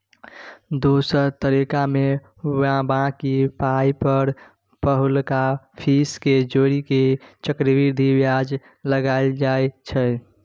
दोसर तरीकामे बॉकी पाइ पर पहिलुका फीस केँ जोड़ि केँ चक्रबृद्धि बियाज लगाएल जाइ छै